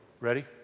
Ready